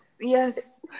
Yes